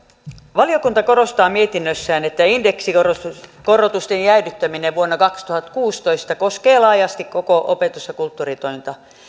valiokunta korostaa mietinnössään että indeksikorotusten jäädyttäminen vuonna kaksituhattakuusitoista koskee laajasti koko opetus ja kulttuuritointa